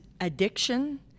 addiction